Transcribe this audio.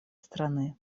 страны